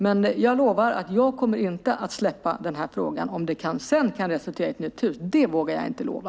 Men jag lovar att jag inte kommer att släppa den här frågan. Om det sedan kan resultera i ett nytt hus vågar jag inte lova.